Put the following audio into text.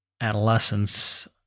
adolescence